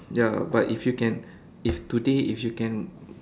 ya but if you can if today if you can